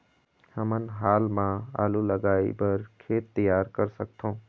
हमन हाल मा आलू लगाइ बर खेत तियार कर सकथों?